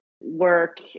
work